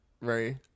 Right